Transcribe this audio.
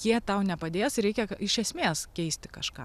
jie tau nepadės reikia iš esmės keisti kažką